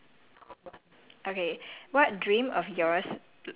err personal there's two you want card one or card two